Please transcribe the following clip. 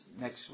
next